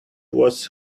was